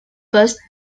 poste